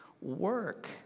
Work